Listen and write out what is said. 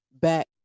back